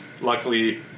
luckily